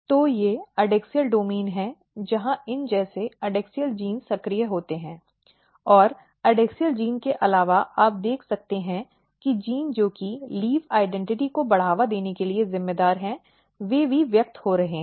तो ये adaxial domain हैं जहाँ इन जैसे एडैक्सियल जीन सक्रिय होते हैं और एडैक्सियल जीन के अलावा आप देख सकते हैं कि जीन जो कि पत्ती पहचान को बढ़ावा देने के लिए जिम्मेदार हैं वे भी व्यक्त हो रहे हैं